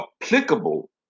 applicable